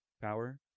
Power